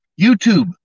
YouTube